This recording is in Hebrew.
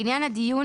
לעניין הדיון